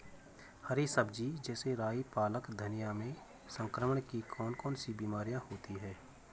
हरी सब्जी जैसे राई पालक धनिया में संक्रमण की कौन कौन सी बीमारियां होती हैं?